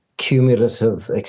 Cumulative